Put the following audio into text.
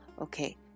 Okay